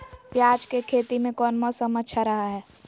प्याज के खेती में कौन मौसम अच्छा रहा हय?